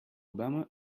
obama